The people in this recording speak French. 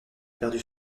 perdu